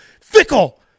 Fickle